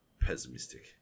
pessimistic